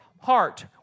heart